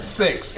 six